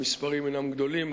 המספרים אינם גדולים,